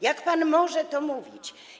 Jak pan może to mówić?